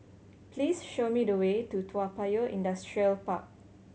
please show me the way to Toa Payoh Industrial Park